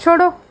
छोड़ो